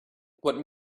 what